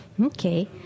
Okay